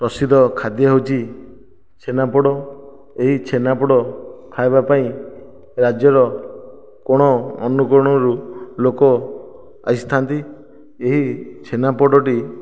ପ୍ରସିଦ୍ଧ ଖାଦ୍ୟ ହେଉଛି ଛେନାପୋଡ଼ ଏହି ଛେନାପୋଡ଼ ଖାଇବା ପାଇଁ ରାଜ୍ୟର କୋଣ ଅନୁକୋଣରୁ ଲୋକ ଆସିଥାନ୍ତି ଏହି ଛେନାପୋଡ଼ଟି